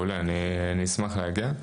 מעולה, אני אשמח להגיע.